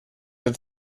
that